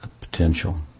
potential